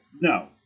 no